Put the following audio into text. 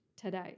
today